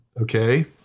Okay